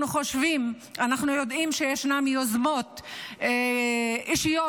אנחנו יודעים שישנן יוזמות אישיות,